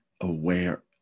aware